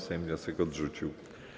Sejm wniosek odrzucił.